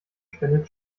spendet